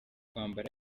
kwambara